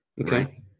okay